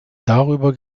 darüber